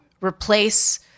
replace